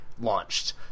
launched